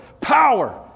power